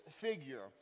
figure